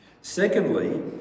Secondly